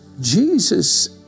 Jesus